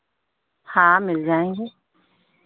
हाँ मिल जाएंगे